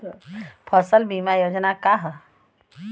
फसल बीमा योजना का ह?